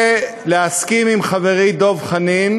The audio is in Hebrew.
להסכים עם חברי דב חנין